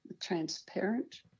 transparent